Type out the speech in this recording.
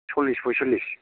सल्लिस फयसल्लिस